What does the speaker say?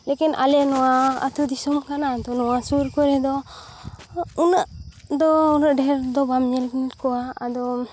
ᱞᱮᱠᱤᱱ ᱟᱞᱮ ᱱᱚᱣᱟ ᱟᱛᱳ ᱫᱤᱥᱚᱢ ᱠᱟᱱᱟ ᱱᱚᱣᱟ ᱥᱩᱨ ᱠᱚᱨᱮ ᱫᱚ ᱩᱱᱟᱹᱜ ᱫᱚ ᱩᱱᱟᱹᱜ ᱰᱷᱮᱹᱨ ᱫᱚ ᱵᱟᱢ ᱧᱮᱞ ᱠᱚᱣᱟ ᱟᱫᱚᱢ